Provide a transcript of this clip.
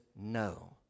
no